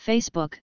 Facebook